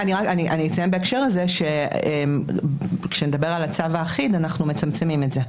אציין בהקשר הזה שכאשר נדבר על הצו האחיד אנחנו מצמצמים את זה.